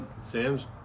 Sam's